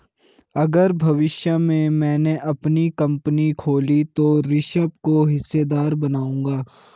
अगर भविष्य में मैने अपनी कंपनी खोली तो ऋषभ को हिस्सेदार बनाऊंगा